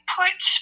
put